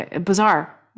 Bizarre